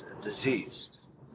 diseased